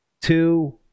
two